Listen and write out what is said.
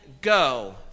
go